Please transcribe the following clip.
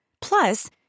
Plus